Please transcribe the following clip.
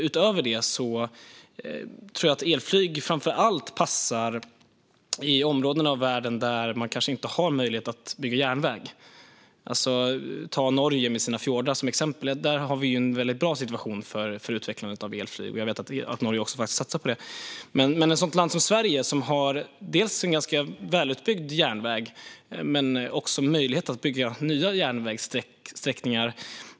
Utöver det tror jag att elflyg passar framför allt i områden i världen där det inte är möjligt att bygga järnväg. Se på Norge med sina fjordar. Där finns bra förutsättningar för att utveckla elflyg. Jag vet att Norge har börjat satsa på det. Ett land som Sverige har en välutbyggd järnväg och även möjlighet att bygga nya järnvägssträckningar.